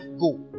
go